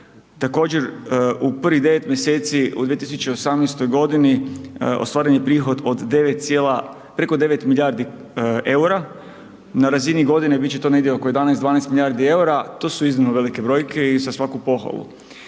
također u prvih 9 mjeseci u 2018.g. ostvaren je prihod od 9 cijela, preko 9 milijardi EUR-a, na razini godine bit će to negdje oko 11, 12 milijardi EUR-a, to su iznimno velike brojke i za svaku pohvalu.